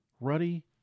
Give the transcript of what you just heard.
Ruddy